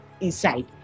inside